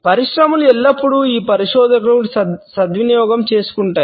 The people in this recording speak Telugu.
పరిశ్రమలు ఎల్లప్పుడూ ఈ పరిశోధకులను సద్వినియోగం చేసుకున్నాయి